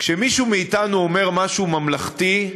כשמישהו מאתנו אומר משהו ממלכתי,